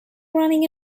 running